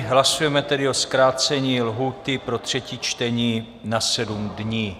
Hlasujeme tedy o zkrácení lhůty pro třetí čtení na 7 dní.